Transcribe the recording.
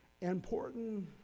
important